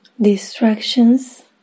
distractions